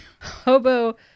Hobo